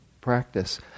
practice